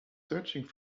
searching